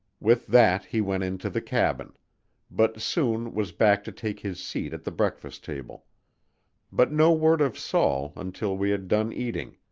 with that he went into the cabin but soon was back to take his seat at the breakfast table but no word of saul until we had done eating,